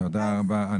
תודה רבה.